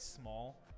small